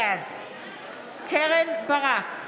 בעד קרן ברק,